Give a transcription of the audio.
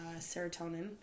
serotonin